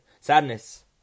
sadness